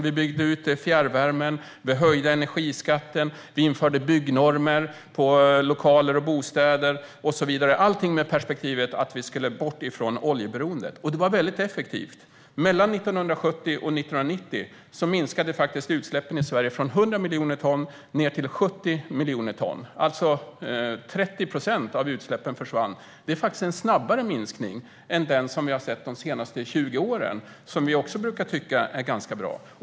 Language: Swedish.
Vi byggde ut fjärrvärmen, vi höjde energiskatten, vi införde byggnormer för lokaler och bostäder och så vidare - allt med perspektivet att vi skulle bort från oljeberoendet. Och det var väldigt effektivt. Mellan 1970 och 1990 minskade utsläppen i Sverige från 100 miljoner ton till 70 miljoner ton; 30 procent av utsläppen försvann alltså. Det är faktiskt en snabbare minskning än den vi har sett de senaste 20 åren, som vi också brukar tycka är ganska bra.